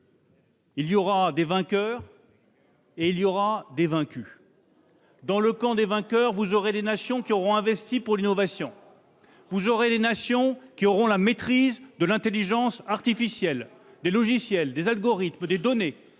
il y aura des vainqueurs et il y aura des vaincus ! Dans le camp des vainqueurs, vous aurez les nations qui auront investi pour l'innovation, celles qui auront la maîtrise de l'intelligence artificielle, des logiciels, des algorithmes, des données.